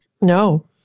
No